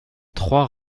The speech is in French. trois